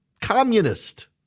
communist